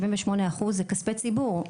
78% זה כספי ציבור.